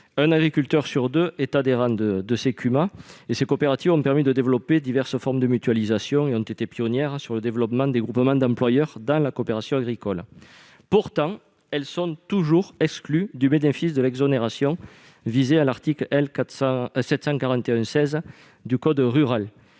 un agriculteur sur deux y est adhérent. Ces coopératives ont permis de promouvoir diverses formes de mutualisations et ont été pionnières pour le développement des groupements d'employeurs dans la coopération agricole. Cependant, elles sont toujours exclues du bénéfice de l'exonération visée à l'article L. 741-16 du code rural